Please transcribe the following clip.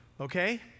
Okay